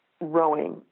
rowing